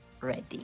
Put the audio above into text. ready